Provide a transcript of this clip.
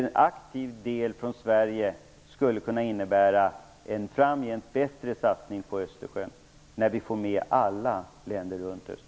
En aktiv insats från Sverige skulle kunna innebära en framgent bättre satsning på Österjön, när vi får med alla länder runt